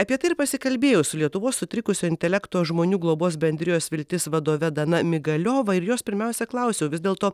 apie tai ir pasikalbėjau su lietuvos sutrikusio intelekto žmonių globos bendrijos viltis vadove dana migaliova ir jos pirmiausia klausiau vis dėlto